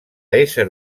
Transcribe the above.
ésser